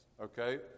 Okay